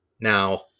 Now